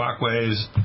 walkways